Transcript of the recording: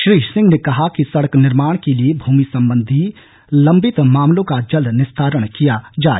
श्री सिंह ने कहा कि सड़क निर्माण के लिए भूमि संबंधी लंबित मामलों का जल्द निस्तारण किया जाय